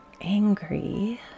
angry